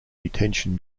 detention